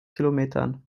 kilometern